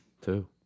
Two